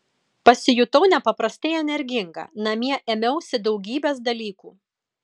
pasijutau nepaprastai energinga namie ėmiausi daugybės dalykų